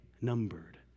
numbered